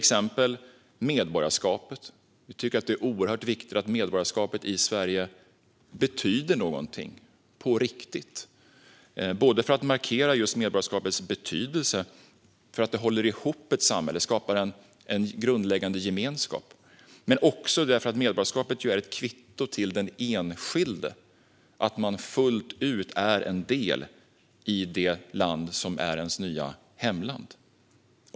Exempelvis tycker vi att det är oerhört viktigt att medborgarskapet i Sverige betyder någonting på riktigt. Vi vill markera medborgarskapets betydelse. Det håller ihop ett samhälle och skapar en grundläggande gemenskap. Medborgarskapet är även ett kvitto för den enskilde att man fullt ut är en del av det land som är ens nya hemland.